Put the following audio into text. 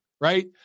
right